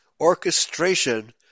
orchestration